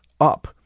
up